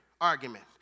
argument